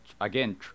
again